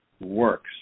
works